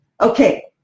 Okay